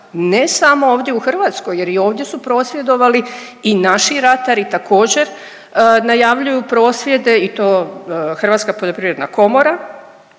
ne samo ovdje u Hrvatskoj jer i ovdje su prosvjedovali. I naši ratari također najavljuju prosvjede i to Hrvatska poljoprivredna komora